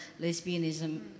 lesbianism